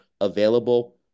available